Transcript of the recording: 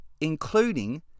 including